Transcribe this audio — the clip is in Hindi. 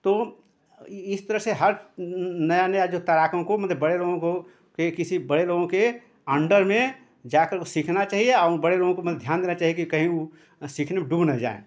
तो इस तरह से हर नया नया जो तैराकों को मतलब बड़े लोगों को के किसी बड़े लोगों के अण्डर में जाकर वह सीखना चाहिए और बड़े लोगों को मतलब ध्यान देना चाहिए कि कहीं वह सीखने में डूब ना जाएँ